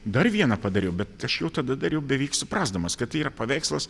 dar vieną padariau bet aš jau tada dariau beveik suprasdamas kad tai yra paveikslas